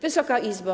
Wysoka Izbo!